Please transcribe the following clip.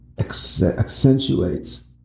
accentuates